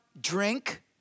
drink